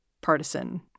partisan